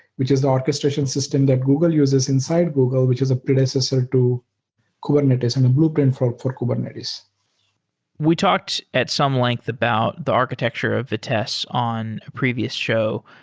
which is the orchestration system that google uses inside google, which is a predecessor to kubernetes and the blueprint for for kubernetes we talked at some length about the architecture of vitess on a pervious show,